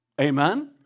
Amen